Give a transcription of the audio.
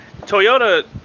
Toyota